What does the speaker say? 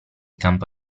campo